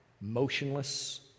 motionless